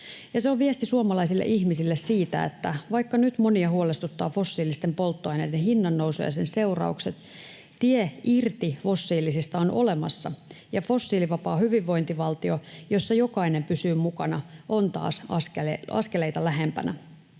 se on viesti suomalaisille ihmisille siitä, että vaikka nyt monia huolestuttaa fossiilisten polttoaineiden hinnan nousu ja sen seuraukset, tie irti fossiilisista on olemassa ja fossiilivapaa hyvinvointivaltio, jossa jokainen pysyy mukana, on taas askeleita lähempänä.